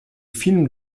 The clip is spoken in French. film